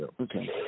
Okay